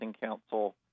Council